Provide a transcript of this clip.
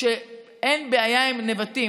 שאין בעיה עם נבטים.